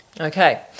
Okay